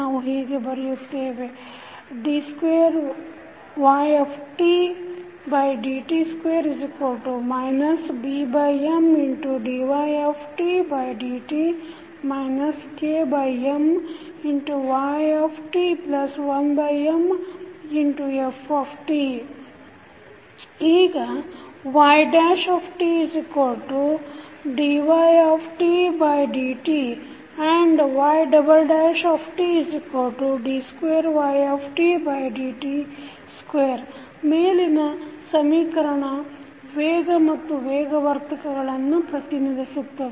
ನಾವು ಹೀಗೆ ಬರೆಯುತ್ತೇವೆ d2ytdt2 BMdytdt KMyt1Mft ಈಗ ytdydtandytd2ydt2 ಮೇಲಿನ ಸಮೀಕರಣ ವೇಗ ಮತ್ತು ವೇಗವರ್ಧಕಗಳನ್ನು ಪ್ರತಿನಿಧಿಸುತ್ತವೆ